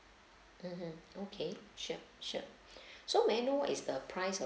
mmhmm okay sure sure so may I know what is the price of